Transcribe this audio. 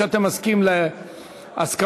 אתה מסכים להסכמות